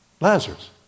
Lazarus